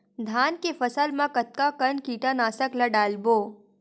धान के फसल मा कतका कन कीटनाशक ला डलबो?